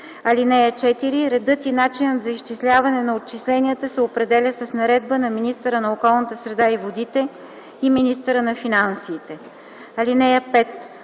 година. (4) Редът и начинът за изчисляване на отчисленията се определят с наредба на министъра на околната среда и водите и министъра на финансите. (5)